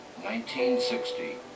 1960